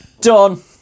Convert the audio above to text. Done